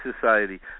society